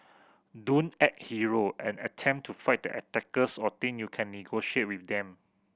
don't act hero and attempt to fight the attackers or think you can negotiate with them